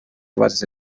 abazize